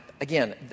again